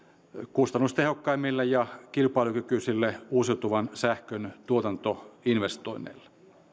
kustannustehokkaimmille ja kilpailukykyisille uusiutuvan sähkön tuotantoinvestoinneille